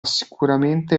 sicuramente